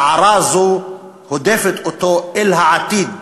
סערה זו הודפת אותו אל העתיד,